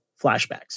flashbacks